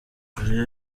koreya